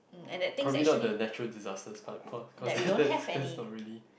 probably not the natural disasters part cause cause that's that's not really